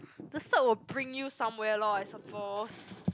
the salt will bring you somewhere lor I suppose